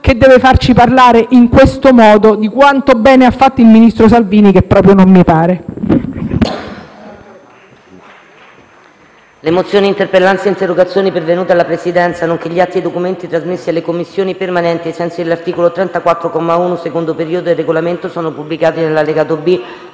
che deve farci parlare in questo modo, di quanto bene ha fatto il ministro Salvini, perché proprio non mi pare.